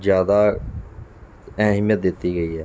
ਜ਼ਿਆਦਾ ਅਹਿਮੀਅਤ ਦਿੱਤੀ ਗਈ ਹੈ